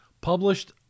published